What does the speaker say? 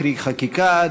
קרי חקיקה,